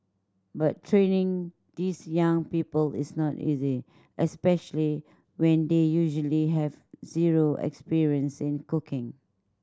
but training these young people is not easy especially when they usually have zero experience in cooking